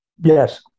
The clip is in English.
Yes